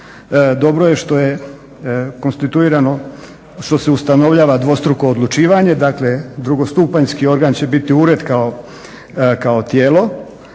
što se ustanovljava dvostruko odlučivanje, dakle drugostupanjski organ će biti ured kao tijelo.